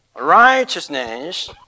Righteousness